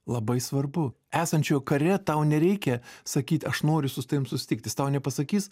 labai svarbu esančiojo kare tau nereikia sakyt aš noriu su tavimi susitikt jistau nepasakys